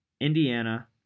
Indiana